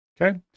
Okay